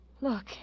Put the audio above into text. Look